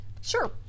Sure